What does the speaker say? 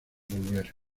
volver